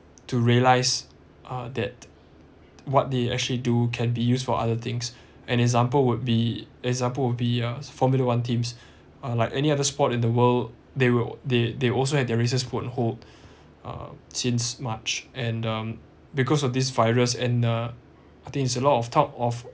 to realize uh that what they actually do can be used for other things an example would be an example would be a formula one teams uh like any other sport in the world they will they they also have their races put an hold uh since march and um because of this virus and uh I think it's a lot of top of